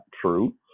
True